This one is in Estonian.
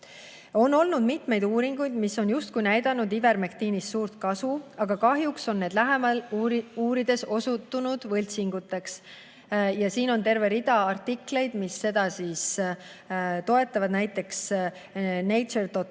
On olnud veel mitmeid uuringuid, mis on justkui näidanud ivermektiinist suurt kasu, aga kahjuks on need lähemalt uurides osutunud võltsinguteks." Ja siin on toodud terve rida artikleid, mis seda toetavad, näiteks [saitidelt]